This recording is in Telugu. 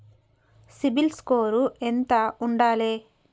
సిబిల్ స్కోరు ఎంత ఉండాలే?